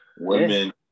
Women